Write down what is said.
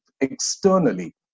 externally